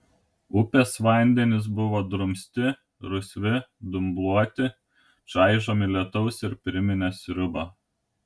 upės vandenys buvo drumsti rusvi dumbluoti čaižomi lietaus ir priminė sriubą